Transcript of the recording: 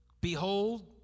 Behold